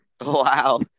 Wow